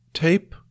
tape